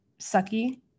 sucky